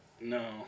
No